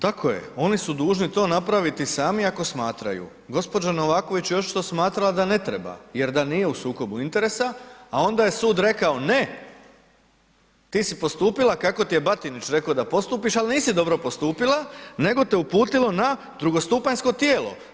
Tako je, oni su to dužni napraviti sami ako smatraju, gđa. Novaković očito smatra da ne treba jer da nije u sukobu interesa, a onda je sud rekao ne, ti si postupila kako ti je Batinić rekao da postupiš, al nisi dobro postupila, nego te uputilo na drugostupanjsko tijelo.